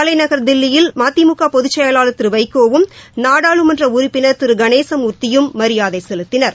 தலைநகர் தில்லியில் மதிமுக பொதுச் செயலாளர் திரு வைகோவும் நாடாளுமன்ற உறுப்பினர் திரு கணேசமூர்த்தியும் மரியாதை செலுத்தினர்